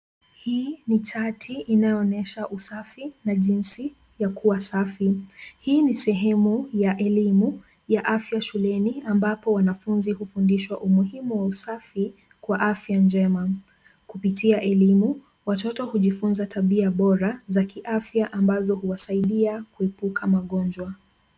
Hii ni chati inayoonyesha usafi na jinsi ya kuwa safi ,hii ni sehemu ya elimu ya afya shuleni ambapo wanafunzi hufundishwa umuhimu wa usafi kwa afya njema ,kupitia kwa elimu watoto hujifunza tabia bora za kiafya ambazo huwasaidia kuepuka magonjwa.